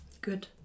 Good